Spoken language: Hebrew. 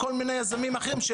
כמו שבכל העולם זה